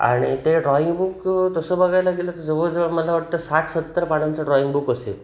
आणि ते drawing book तसं बघायला गेलं तर जवळजवळ मला वाटतं साठ सत्तर पानांचं ड्रॉईंग बुक असेल